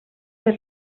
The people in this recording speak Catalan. per